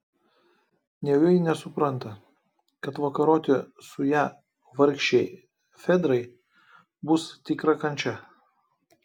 nejau ji nesupranta kad vakaroti su ja vargšei fedrai bus tikra kančia